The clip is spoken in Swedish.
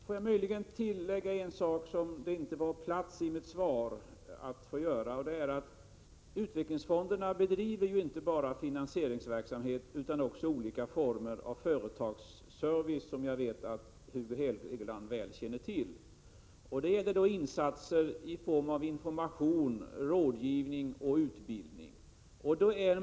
Fru talman! Får jag möjligen tillägga en sak som det inte fanns plats att ta upp i svaret, nämligen att utvecklingsfonderna inte bara bedriver finansieringsverksamhet utan också olika former av företagsservice — något som jag vet att Hugo Hegeland väl känner till. Det gäller insatser i form av information, rådgivning och utbildning.